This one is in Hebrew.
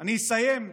אני אסיים.